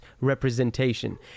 representation